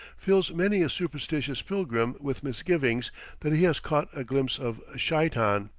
fills many a superstitious pilgrim with misgivings that he has caught a glimpse of sheitan.